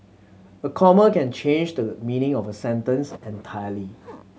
a comma can changes the meaning of a sentence entirely